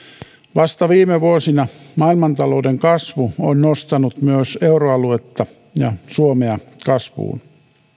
vasta viime vuosina maailmantalouden kasvu on nostanut myös euroaluetta ja suomea kasvuun